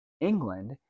England